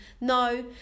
no